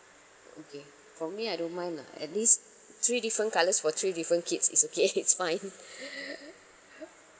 okay for me I don't mind lah at least three different colours for three different kids is okay it's fine